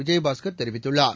விஜயபாஸ்கர் தெரிவித்துள்ளார்